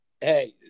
Hey